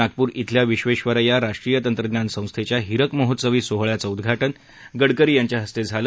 नागपूर इथल्या विबेबरेय्या राष्ट्रीय तंत्रज्ञान संस्थेच्या हिरक महोत्सवी सोहळ्याचं उद्वाटन गडकरी यांच्या हस्ते झालं